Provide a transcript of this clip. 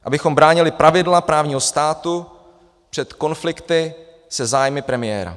Abychom bránili pravidla právního státu před konflikty se zájmy premiéra.